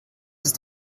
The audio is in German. ist